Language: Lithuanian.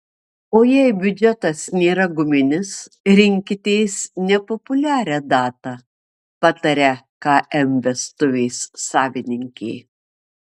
o jei biudžetas nėra guminis rinkitės nepopuliarią datą pataria km vestuvės savininkė